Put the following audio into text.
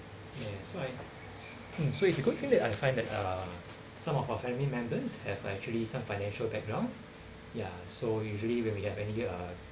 yes so I mm so it's a good thing that I find that uh some of our family members have actually some financial background ya so usually when we have any uh